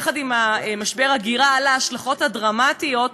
יחד עם משבר ההגירה על ההשלכות הדרמטיות,